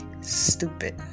stupid